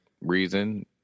reason